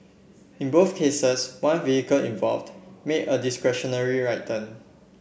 in both cases one vehicle involved made a discretionary right turn